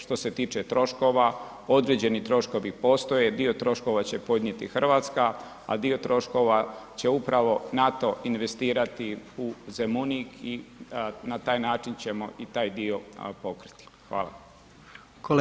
Što se tiče troškova, određeni troškovi postoje, dio troškova će podnijeti Hrvatska a dio troškova će upravo NATO investirati u Zemunik i na taj način ćemo i taj dio pokriti.